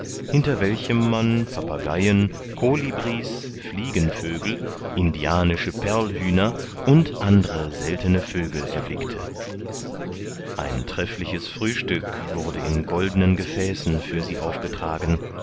hinter welchem man papageien kolibri's fliegenvögel indianische perlhühner und andre seltene vögel erblickte ein treffliches frühstück wurde in goldnen gefäßen für sie aufgetragen